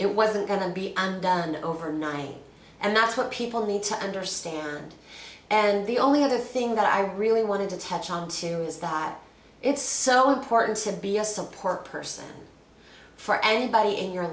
it wasn't going to be overnight and that's what people need to understand and the only other thing that i really wanted to tell john to is that it's so important to be a support person for anybody in your